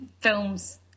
films